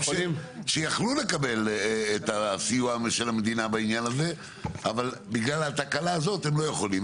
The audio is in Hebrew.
אנשים שיכלו לקבל את הסיוע של המדינה אבל בגלל התקנה הזאת הם לא יכולים.